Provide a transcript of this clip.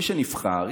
מי שנבחר,